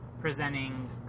presenting